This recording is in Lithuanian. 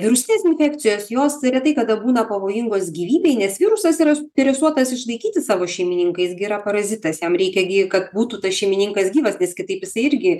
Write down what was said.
virusinės infekcijos jos retai kada būna pavojingos gyvybei nes virusas yra suinteresuotas išlaikyti savo šeimininką jis gi yra parazitas jam reikia gi kad būtų tas šeimininkas gyvas nes kitaip jisai irgi